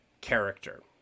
character